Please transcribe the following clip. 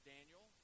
Daniel